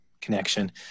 connection